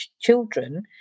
children